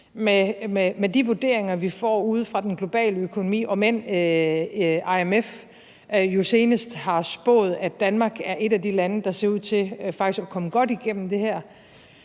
med de vurderinger, vi får ude fra den globale økonomi – om end IMF jo senest har spået, at Danmark er et af de lande, der ser ud til faktisk at komme godt igennem det her;